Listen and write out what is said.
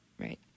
Right